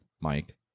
Mike